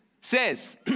says